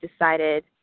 decided